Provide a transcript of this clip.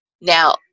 Now